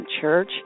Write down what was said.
Church